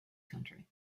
country